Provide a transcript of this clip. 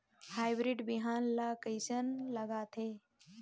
Hybrid बिहान ला कइसन लगाथे?